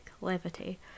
levity